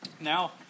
Now